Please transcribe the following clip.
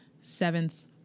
seventh